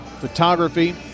photography